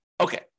Okay